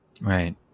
Right